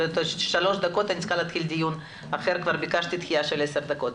בעוד 3 דקות אני צריכה להתחיל דיון אחר וביקשתי דחיה של 10 דקות.